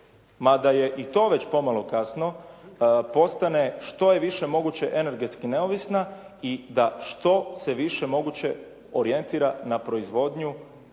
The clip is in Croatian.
mada je i to već pomalo kasno, postane što je više moguće energetski neovisna i da što se više moguće orijentira na proizvodnju